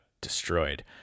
destroyed